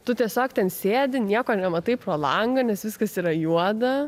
tu tiesiog ten sėdi nieko nematai pro langą nes viskas yra juoda